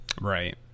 right